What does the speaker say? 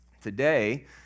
today